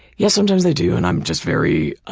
yes, sometimes they do and i'm just very,